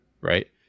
Right